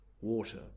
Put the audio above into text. water